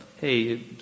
Hey